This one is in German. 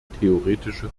theoretische